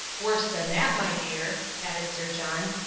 worse than that, my dear, added sir john,